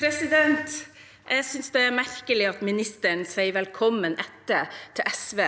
Jeg synes det er mer- kelig at statsråden sier velkommen etter til SV